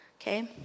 Okay